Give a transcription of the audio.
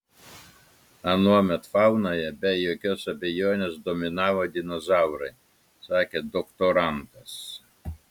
anuomet faunoje be jokios abejonės dominavo dinozaurai sakė doktorantas